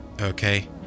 okay